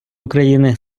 україни